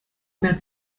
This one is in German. mehr